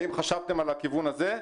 האם חשבתם על הכיוון הזה?